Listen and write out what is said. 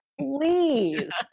please